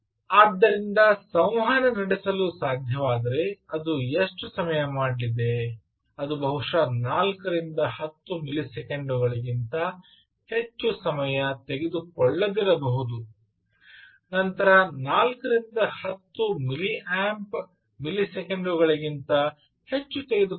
ಆದ್ದರಿಂದ ಸಂವಹನ ನಡೆಸಲು ಸಾಧ್ಯವಾದರೆ ಅದು ಎಷ್ಟು ಸಮಯ ಮಾಡಲಿದೆ ಅದು ಬಹುಶಃ 4 ರಿಂದ 10 ಮಿಲಿಸೆಕೆಂಡು ಗಳಿಗಿಂತ ಹೆಚ್ಚು ಸಮಯ ತೆಗೆದುಕೊಳ್ಳದಿರಬಹುದು ನಂತರ 4 ರಿಂದ 10 ಮಿಲಿಯಾಂಪ್ ಮಿಲಿಸೆಕೆಂಡು ಗಳಿಗಿಂತ ಹೆಚ್ಚು ತೆಗೆದುಕೊಳ್ಳಬಹುದು